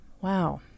Wow